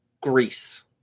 Greece